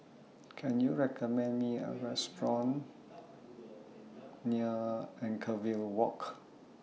Can YOU recommend Me A Restaurant near Anchorvale Walk